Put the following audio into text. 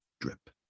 Drip